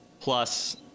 plus